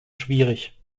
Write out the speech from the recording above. schwierig